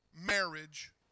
Marriage